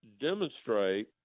demonstrate